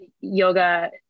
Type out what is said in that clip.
yoga